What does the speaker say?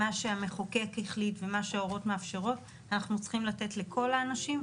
מה שהמחוקק החליט ומה שההוראות מאפשרות אנחנו צריכים לתת לכל האנשים,